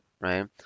right